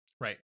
right